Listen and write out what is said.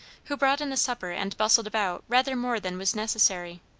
who brought in the supper and bustled about rather more than was necessary.